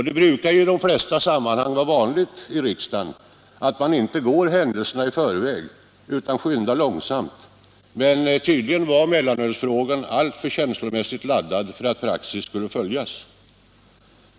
Det brukar i de flesta sammanhang vara vanligt i riksdagen att man inte går händelserna i förväg utan skyndar långsamt, men tydligen var mellanölsfrågan alltför känslomässigt laddad för att praxis skulle följas.